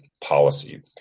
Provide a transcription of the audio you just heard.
policy